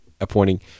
appointing